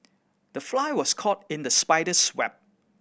the fly was caught in the spider's web